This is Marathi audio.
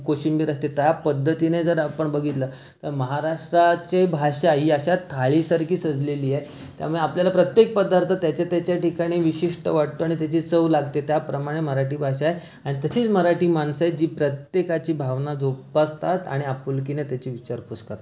कोशिंबीर असते त्या पद्धतीने जर आपण बघितलं तर महाराष्ट्राचे भाषा ही अशा थाळीसारखी सजलेली आहे त्यामुळे आपल्याला प्रत्येक पदार्थ त्याच्या त्याच्या ठिकाणी विशिष्ट वाटतो आणि त्याची चव लागते त्याप्रमाणे मराठी भाषा आहे आणि तशीच मराठी माणसं आहेत जी प्रत्येकाची भावना जोपासतात आणि आपुलकीने त्याची विचारपूस करतात